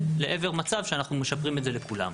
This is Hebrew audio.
לעבר מצב שאנחנו משפרים את זה לכולם,